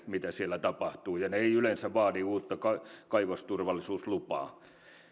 mitä siellä tapahtuu ovat hyvin pieniä eivätkä yleensä vaadi uutta kaivosturvallisuuslupaa